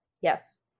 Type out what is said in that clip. Yes